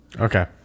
Okay